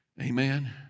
Amen